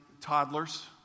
toddlers